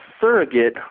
surrogate